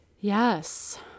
Yes